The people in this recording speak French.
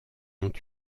ont